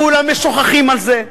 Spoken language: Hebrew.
כולם משוחחים על זה.